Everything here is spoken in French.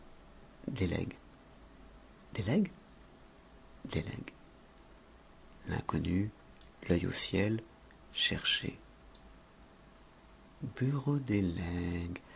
des legs des legs des legs l'inconnu l'œil au ciel cherchait bureau